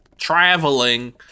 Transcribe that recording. traveling